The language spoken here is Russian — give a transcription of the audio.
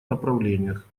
направлениях